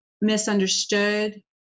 misunderstood